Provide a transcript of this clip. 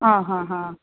आं हां हां